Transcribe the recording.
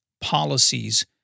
policies